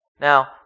Now